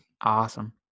Awesome